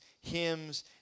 hymns